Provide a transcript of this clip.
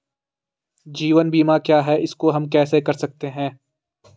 जीवन बीमा क्या है इसको हम कैसे कर सकते हैं?